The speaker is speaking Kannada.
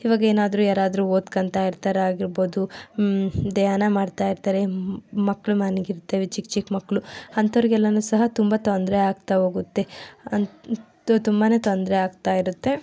ಈವಾಗ ಏನಾದರೂ ಯಾರಾದರೂ ಓದ್ಕೊಂತಾಯಿರ್ತಾರಾಗಿರ್ಬೋದು ಧ್ಯಾನ ಮಾಡ್ತಾಯಿರ್ತಾರೆ ಮಕ್ಕಳು ಮಲಗಿರ್ತವೆ ಚಿಕ್ಕ ಚಿಕ್ಕ ಮಕ್ಕಳು ಅಂಥವರಿಗೆಲ್ಲವೂ ಸಹ ತುಂಬ ತೊಂದರೆ ಆಗ್ತಾ ಹೋಗುತ್ತೆ ಅಂತೂ ತುಂಬನೇ ತೊಂದರೆ ಆಗ್ತಾಯಿರುತ್ತೆ